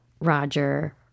roger